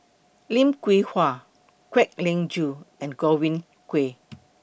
Lim Hwee Hua Kwek Leng Joo and Godwin Koay